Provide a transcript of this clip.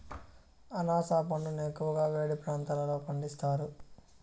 అనాస పండును ఎక్కువగా వేడి ప్రాంతాలలో పండిస్తారు